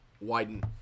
widen